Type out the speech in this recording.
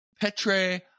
Petre